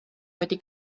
wedi